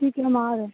ठीक है हम आ रहे